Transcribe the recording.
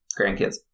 grandkids